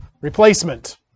replacement